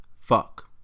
Fuck